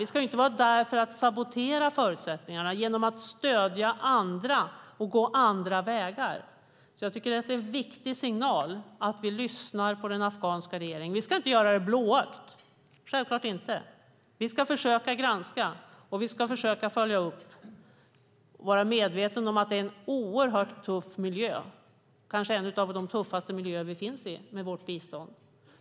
Vi ska inte vara där för att sabotera förutsättningarna genom att stödja andra och gå andra vägar. Jag tycker därför att det är en viktig signal att vi lyssnar på den afghanska regeringen. Vi ska självklart inte vara blåögda. Vi ska försöka granska, och vi ska försöka följa upp och vara medvetna om att det är en oerhört tuff miljö, kanske en av de tuffaste miljöer där vi finns med bistånd.